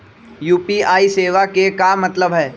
UPI सेवा के का मतलब है?